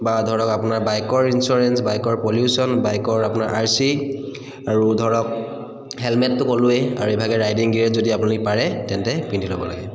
বা ধৰক আপোনাৰ বাইকৰ ইঞ্চুৰেঞ্চ বাইকৰ পলিউশ্যন বাইকৰ আপোনাৰ আৰ চি আৰু ধৰক হেলমেটটো ক'লোৱে আৰু ইভাগে ৰাইডিং গিয়েৰ যদি আপুনি পাৰে তেন্তে পিন্ধি ল'ব লাগে